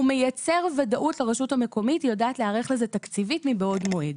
הוא מייצר ודאות לרשות המקומית שיודעת להיערך לזה תקציבית מבעוד מועד.